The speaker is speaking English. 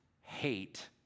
hate